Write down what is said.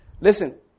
Listen